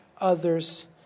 others